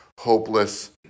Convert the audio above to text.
hopeless